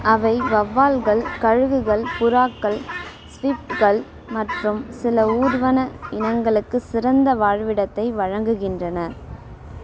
அவை வௌவால்கள் கழுகுகள் புறாக்கள் ஸ்விஃப்ட்டுகள் மற்றும் சில ஊர்வன இனங்களுக்கு சிறந்த வாழ்விடத்தை வழங்குகின்றன